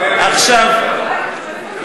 עכשיו,